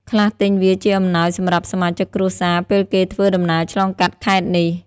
ខ្លះទិញវាជាអំណោយសម្រាប់សមាជិកគ្រួសារ ពេលគេធ្វើដំណើរឆ្លងកាត់ខេត្តនេះ។